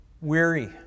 weary